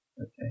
okay